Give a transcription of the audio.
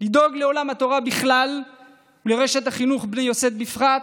לדאוג לעולם התורה בכלל ולרשת החינוך בני יוסף בפרט,